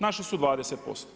Našli su 20%